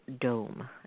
Dome